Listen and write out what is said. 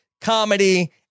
comedy